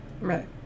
Right